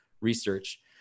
research